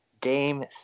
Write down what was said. Game